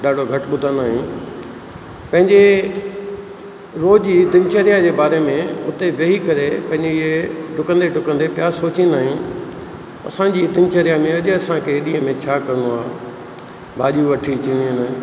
ॾाढो घटि ॿुधंदा आहियूं पंहिंजे रोज़ जी दिनचर्या जे बारे में उते वेही करे कॾहिं इएं डुकंदे दे डुकंदे पिया सोचींदा आहियूं असांजी दिनचर्या में अॼु असांखे ॾींहं में छा करिणो आहे भाॼी वठी अचिणी आहिनि